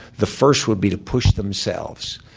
the first would be to push themselves.